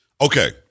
Okay